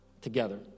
together